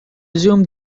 assume